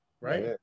right